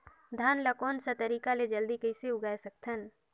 धान ला कोन सा तरीका ले जल्दी कइसे उगाय सकथन?